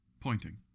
pointing